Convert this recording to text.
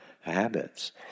habits